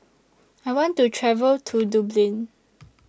I want to travel to Dublin